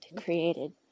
created